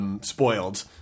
spoiled